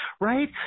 right